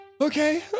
Okay